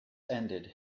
ended